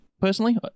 Personally